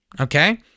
Okay